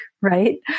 right